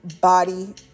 body